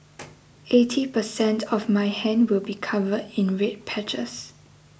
eighty percent of my hand will be covered in red patches